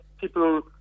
people